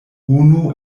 unu